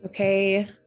Okay